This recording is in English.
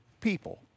people